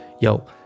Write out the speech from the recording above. yo